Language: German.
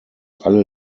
alle